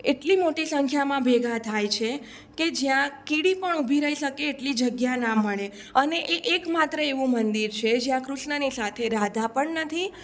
એટલી મોટી સંખ્યામાં ભેગા થાય છે કે જ્યાં કીડી પણ ઊભી રહી શકે એટલી જગ્યા ના મળે અને એ એક માત્ર એવું મંદિર છે જ્યાં કૃષ્ણની સાથે રાધા પણ નથી